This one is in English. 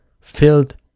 filled